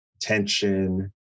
tension